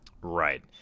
Right